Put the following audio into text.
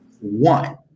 one